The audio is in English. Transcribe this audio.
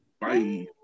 Bye